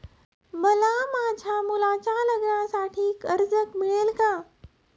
मला माझ्या मुलाच्या लग्नासाठी कर्ज मिळेल का?